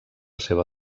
seva